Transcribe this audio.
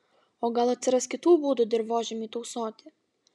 o gal atsiras kitų būdų dirvožemiui tausoti